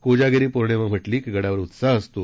कोजागिरी पौर्णिमा म्हंटली की गडावर उत्साह असतो